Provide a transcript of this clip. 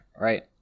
right